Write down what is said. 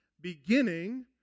beginning